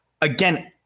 again